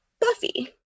buffy